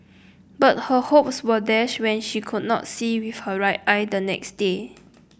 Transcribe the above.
but her hopes were dashed when she could not see with her right eye the next day